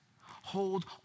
Hold